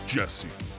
Jesse